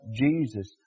Jesus